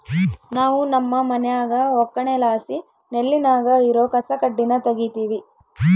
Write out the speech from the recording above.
ನಾವು ನಮ್ಮ ಮನ್ಯಾಗ ಒಕ್ಕಣೆಲಾಸಿ ನೆಲ್ಲಿನಾಗ ಇರೋ ಕಸಕಡ್ಡಿನ ತಗೀತಿವಿ